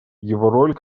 роль